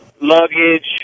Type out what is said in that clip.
luggage